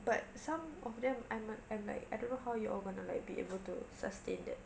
but some of them I met I'm like I don't know how you all going to like be able to sustain that